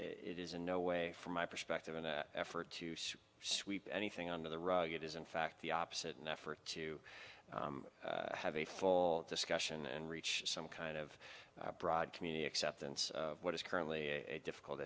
in no way from my perspective an effort to sweep anything under the rug it is in fact the opposite an effort to have a full discussion and reach some kind of broad community acceptance of what is currently a difficult